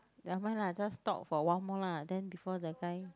never mind lah just talk for awhile more lah then before the guy